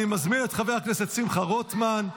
אני מזמין את חבר הכנסת שמחה רוטמן,